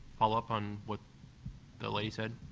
follow-up on what the lady said?